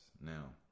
now